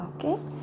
Okay